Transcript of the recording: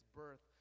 birth